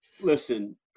Listen